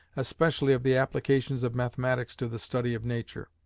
especially of the applications of mathematics to the study of nature.